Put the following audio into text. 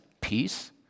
peace